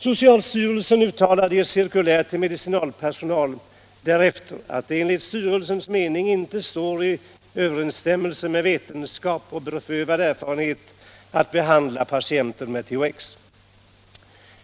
Socialstyrelsen uttalade därefter i ett cirkulär till medicinalpersonal att det enligt styrelsens mening inte står i överensstämmelse med vetenskap och beprövad erfarenhet att behandla patienter med THX.